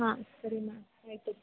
ಹಾಂ ಸರಿ ಮ್ಯಾಮ್ ಹೇಳ್ತಿನಿ